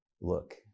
look